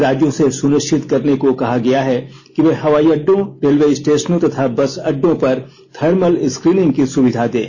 राज्यों से सुनिश्चित करने को कहा गया है कि वे हवाई अड्डों रेलवे स्टेशनों तथा बस अड्डों पर थर्मल स्क्रीनिंग की सुविधा दें